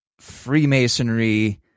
Freemasonry